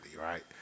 right